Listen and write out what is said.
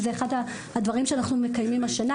וזה אחד הדברים שאנחנו מקיימים השנה.